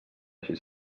així